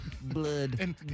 Blood